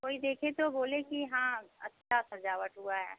कोई देखे तो बोले कि हाँ अच्छी सज़ावट हुई है